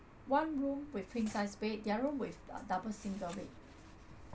one room with queen size bed the other room with uh double single bed